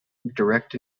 direct